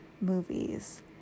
movies